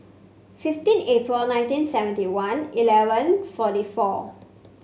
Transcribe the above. fifteen April nineteen seventy one eleven forty four